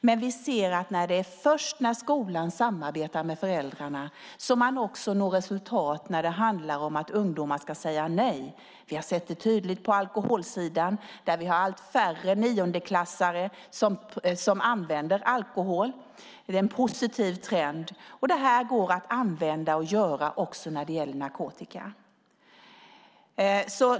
Men vi ser att det är först när skolan samarbetar med föräldrarna som man också når resultat när det handlar om att ungdomar ska säga nej. Vi har sett det tydligt på alkoholsidan där det är allt färre niondeklassare som använder alkohol. Det är en positiv trend. Det går också att göra när det gäller narkotika.